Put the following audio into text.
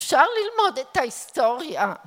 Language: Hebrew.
אפשר ללמוד את ההיסטוריה.